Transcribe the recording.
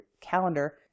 calendar